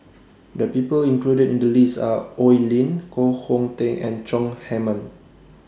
The People included in The list Are Oi Lin Koh Hong Teng and Chong Heman